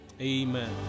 Amen